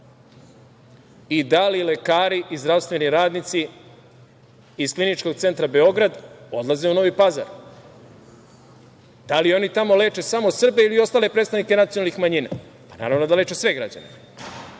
i da li lekari i zdravstveni radnici iz Kliničkog centra Beograd odlaze u Novi Pazar? Da li oni tamo leče samo Srbe ili i ostale predstavnike nacionalnih manjina? Pa, naravno da leče sve građane.